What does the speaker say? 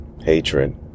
hatred